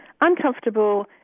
uncomfortable